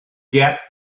get